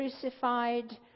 crucified